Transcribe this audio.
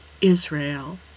Israel